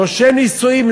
רישום נישואין,